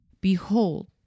Behold